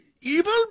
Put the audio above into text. evil